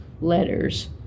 letters